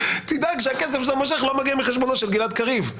תדאג שהכסף שאתה מושך לא מגיע מחשבונו של גלעד קריב.